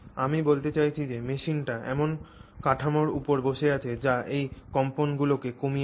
আমি বলতে চাইছি যে মেশিনটি এমন কাঠামোর উপর বসে আছে যা এই কম্পনগুলিকে কমিয়ে দেয়